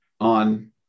on